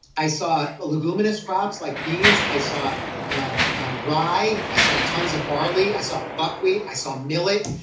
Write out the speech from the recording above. i saw a luminous crops like beans. i saw ah rye. i saw tons of barley. i saw buckwheat. i saw millet.